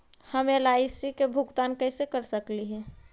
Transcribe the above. हम एल.आई.सी के भुगतान कैसे कर सकली हे?